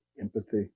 empathy